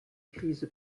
crise